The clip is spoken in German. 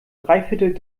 dreiviertel